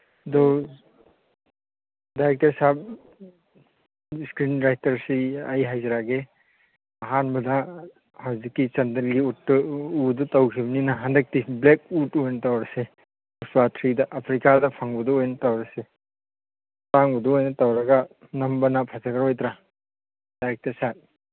ꯑꯗꯨ ꯗꯥꯏꯔꯦꯛꯇꯔ ꯁꯥꯍꯦꯞ ꯏꯁꯀ꯭ꯔꯤꯟ ꯔꯥꯏꯇꯔꯁꯤ ꯑꯩ ꯍꯥꯏꯖꯔꯛꯑꯒꯦ ꯑꯍꯥꯟꯕꯗ ꯍꯧꯖꯤꯛꯀꯤ ꯆꯟꯗꯅꯤ ꯎꯗꯨ ꯇꯧꯈꯤꯕꯅꯤꯅ ꯍꯟꯗꯛꯇꯤ ꯕ꯭ꯂꯦꯛ ꯎꯠ ꯑꯣꯏꯅ ꯇꯧꯔꯁꯤ ꯄꯨꯁꯄꯥ ꯊ꯭ꯔꯤꯗ ꯑꯐ꯭ꯔꯤꯀꯥꯗ ꯐꯪꯕꯗꯨ ꯑꯣꯏꯅ ꯇꯧꯔꯁꯤ ꯄꯥꯡꯕꯗꯨ ꯑꯣꯏꯅ ꯇꯧꯔꯒ ꯅꯝꯕꯅ ꯐꯖꯔꯣꯏꯗ꯭ꯔꯥ ꯗꯥꯏꯔꯛꯇꯔ ꯁꯥꯍꯦꯞ